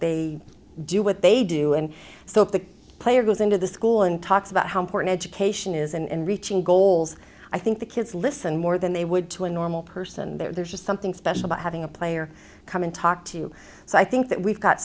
they do what they do and so if the player goes into the school and talks about how important education is and reaching goals i think the kids listen more than they would to a normal person there's just something special about having a player come in talk to so i think that we've got